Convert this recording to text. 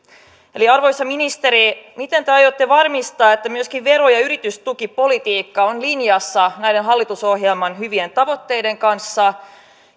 eli arvoisa ministeri miten te aiotte varmistaa että myöskin vero ja yritystukipolitiikka on linjassa näiden hallitusohjelman hyvien tavoitteiden kanssa